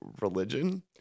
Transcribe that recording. religion